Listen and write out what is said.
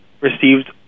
received